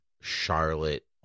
charlotte